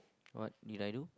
what did I do